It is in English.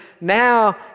now